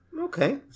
Okay